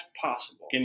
possible